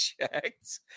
checked